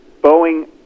Boeing